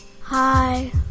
Hi